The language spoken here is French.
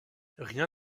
rien